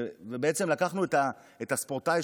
למעשה לקחנו את הספורטאי,